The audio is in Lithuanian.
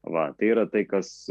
va tai yra tai kas